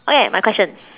okay my question